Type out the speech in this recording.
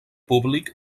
públic